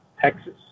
Texas